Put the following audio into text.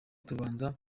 tubanza